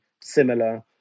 similar